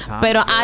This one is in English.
Pero